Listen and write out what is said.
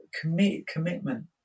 commitment